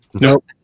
Nope